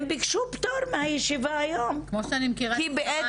הם ביקשו פטור מהישיבה היום --- כמו שאני מכירה את מרים,